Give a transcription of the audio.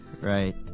right